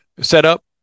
setup